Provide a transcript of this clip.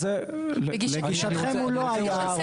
לגישתכם הוא לא היה.